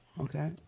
Okay